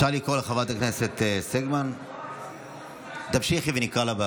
אפשר לקרוא לחברת הכנסת מיכל שיר סגמן.